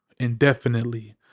indefinitely